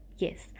Yes